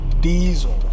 diesel